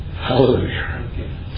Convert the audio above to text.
Hallelujah